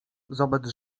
zobacz